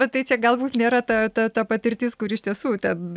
bet tai čia galbūt nėra ta ta ta patirtis kuri iš tiesų ten